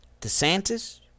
DeSantis